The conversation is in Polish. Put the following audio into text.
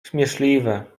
śmieszliwe